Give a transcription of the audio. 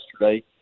yesterday